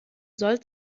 soll